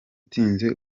utinze